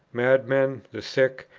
madmen, the sick,